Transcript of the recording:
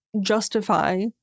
justify